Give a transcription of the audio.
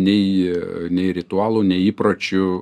nei nei ritualų nei įpročių